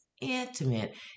intimate